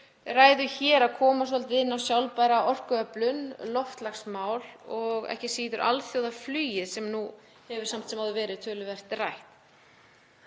ræðu að koma svolítið inn á sjálfbæra orkuöflun, loftslagsmál og ekki síður alþjóðaflugið sem nú hefur samt sem áður verið töluvert rætt.